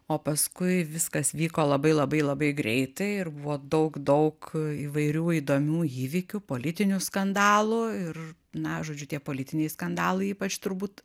o paskui viskas vyko labai labai labai greitai ir buvo daug daug įvairių įdomių įvykių politinių skandalų ir na žodžiu tie politiniai skandalai ypač turbūt